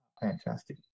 fantastic